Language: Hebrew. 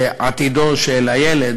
שעתידו של הילד,